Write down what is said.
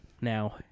Now